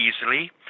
easily